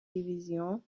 division